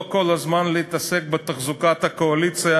לא כל הזמן להתעסק בתחזוקת הקואליציה